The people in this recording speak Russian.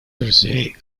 друзей